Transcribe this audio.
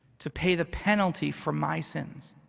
to pay the penalty for my sins.